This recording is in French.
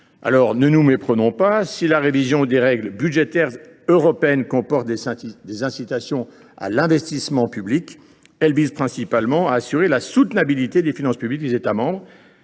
œuvre. Ne nous méprenons pas : si la révision des règles budgétaires européennes comporte des incitations à l’investissement public, elle vise principalement à assurer la soutenabilité des finances publiques des États membres.